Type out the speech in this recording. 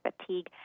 fatigue